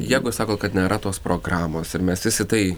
jeigu sako kad nėra tos programos ir mes vis į tai